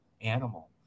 animal